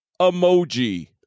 emoji